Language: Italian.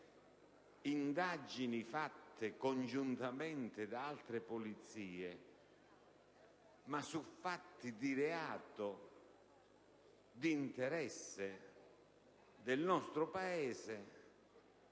indagini fatte congiuntamente ad altre polizie, ma su fattispecie di reato di interesse del nostro Paese,